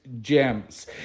gems